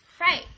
Right